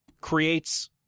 creates